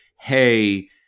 Hey